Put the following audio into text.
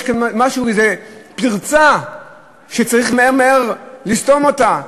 יש כאן איזו פרצה שצריך מהר מהר לסתום אותה,